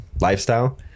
lifestyle